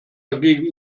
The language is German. dagegen